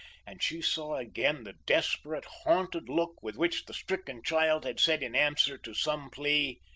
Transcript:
and she saw again the desperate, haunted look with which the stricken child had said in answer to some plea,